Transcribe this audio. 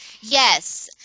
Yes